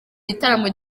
igitaramo